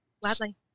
Gladly